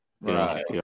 Right